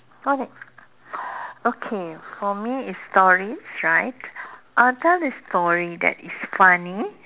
okay okay for me is stories right uh tell a story that is funny